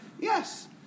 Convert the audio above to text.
Yes